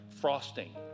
frosting